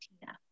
Tina